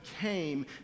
came